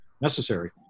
necessary